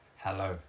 hello